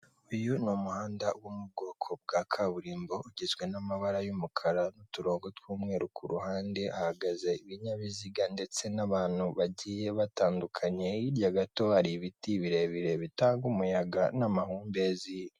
Uyu ni umuhanda wo mu bwoko bwa kaburimbo, ugizwe n'amabara y'umukara n'uturongo tw'umweru, ku ruhande hahagaze ibinyabiziga ndetse n'abantu bagiye batandukanye, hirya gato hari ibiti birebire bitanga umuyaga n'amahumbezi.